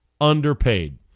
underpaid